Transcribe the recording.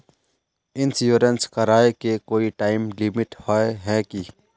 Insurance कराए के कोई टाइम लिमिट होय है की?